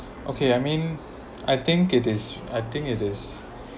okay I mean I think it is I think it is